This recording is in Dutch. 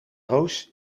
roos